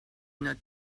not